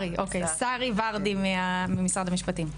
שרי ורדי ממשרד המשפטים.